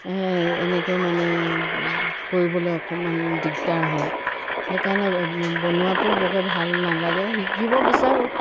এনেকৈ মানে কৰিবলৈ অকণমান দিগদাৰ হয় সেইকাৰণে বনোৱাটো বৰকৈ ভাল নালাগে শিকিব বিচাৰোঁ